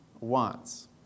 wants